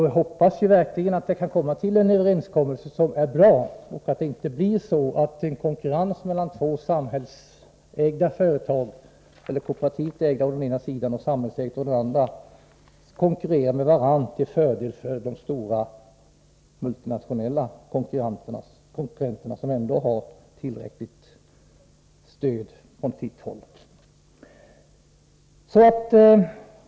Vi hoppas verkligen att man kan nå fram till en bra överenskommelse, så att inte ett kooperativt ägt företag konkurrerar med ett samhällsägt till fördel för de stora multinationella konkurrenterna, som ändå har tillräckligt stöd från sitt håll.